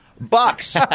bucks